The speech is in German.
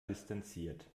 distanziert